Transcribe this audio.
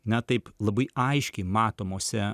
na taip labai aiškiai matomose